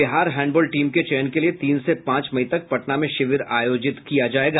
Bihar handball team के चयन के लिये तीन से पांच मई तक पटना में शिविर आयोजित किया जायेगा